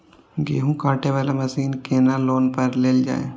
गेहूँ काटे वाला मशीन केना लोन पर लेल जाय?